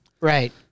right